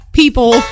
people